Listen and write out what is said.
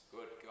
Good